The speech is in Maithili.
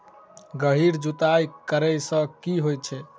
गहिर जुताई करैय सँ की होइ छै?